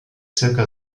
zirka